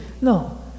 no